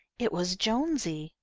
it was jonesy.